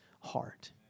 heart